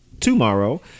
tomorrow